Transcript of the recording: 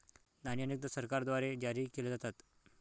नाणी अनेकदा सरकारद्वारे जारी केल्या जातात